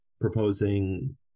proposing –